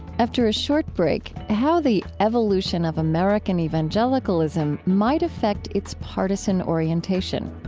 after a short break, how the evolution of american evangelicalism might affect its partisan orientation